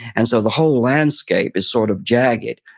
and so the whole landscape is sort of jagged.